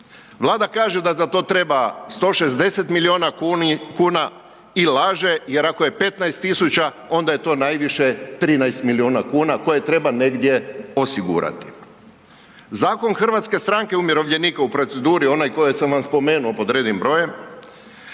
Vlada kaže da za to treba 160 milijuna kuna i laže jer ako je 15.000 onda je to najviše 13 milijuna kuna koje treba negdje osigurati. Zakon HSU-a u proceduri onaj koji sam vam spomenuo pod rednim brojem,